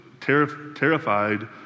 terrified